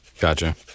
Gotcha